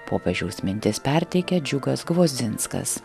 popiežiaus mintis perteikė džiugas gvozdzinskas